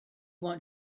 want